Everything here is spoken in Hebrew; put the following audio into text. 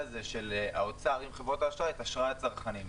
הזה של האוצר עם חברות האשראי את אשראי הצרכנים.